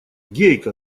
гейка